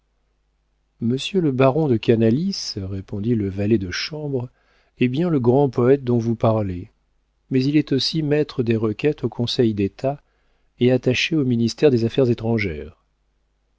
monsieur le baron de canalis répondit le valet de chambre est bien le grand poëte dont vous parlez mais il est aussi maître des requêtes au conseil d'état et attaché au ministère des affaires étrangères